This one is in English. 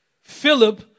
Philip